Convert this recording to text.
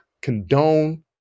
condone